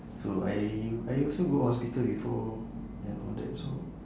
so I I also go hospital before and all that so